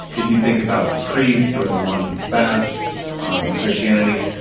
if you think about the priest or the one who fasts um in christianity,